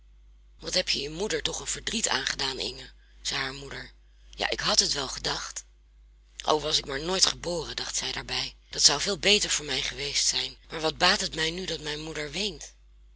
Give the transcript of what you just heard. wat heb je je moeder toch een verdriet aangedaan inge zei haar moeder ja ik had het wel gedacht o was ik maar nooit geboren dacht zij daarbij dat zou veel beter voor mij geweest zijn maar wat baat het mij nu dat mijn moeder weent